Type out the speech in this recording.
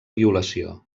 violació